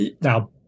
now